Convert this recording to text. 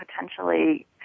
potentially